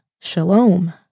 shalom